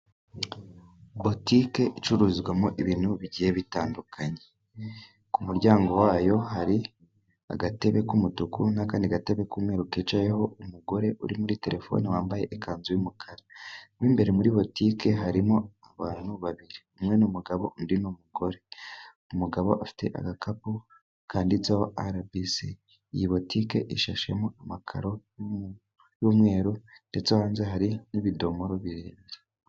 Butike icuruzwamo ibintu bigiye bitandukanye, ku muryango wayo hari agatebe k'umutuku n'akandi gatebe k'umweru kicayeho umugore uri kuri terefone wambaye ikanzu y'umukara. Imbere muri butike harimo abantu babiri, umwe ni umugabo undi ni umugore. Umugabo afite agakapu kanditseho arabisi. Iyi butike ishashemo amakaro y'umweru ndetse hanze hari n'ibidomoro birebire.